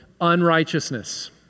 unrighteousness